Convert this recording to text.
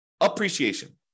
appreciation